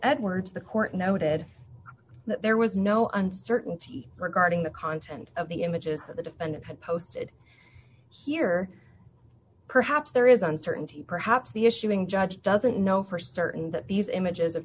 edwards the court noted that there was no uncertainty regarding the content of the images that the defendant had posted here perhaps there is uncertainty perhaps the issuing judge doesn't know for certain that these images of